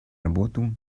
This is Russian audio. работу